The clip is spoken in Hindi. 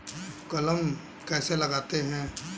कलम कैसे लगाते हैं?